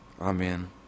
Amen